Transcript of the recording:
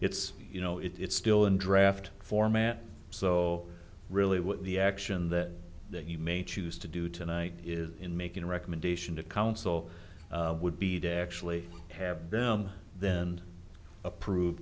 it's you know it's still in draft format so really what the action that you may choose to do tonight is in making a recommendation to council would be to actually have them then approve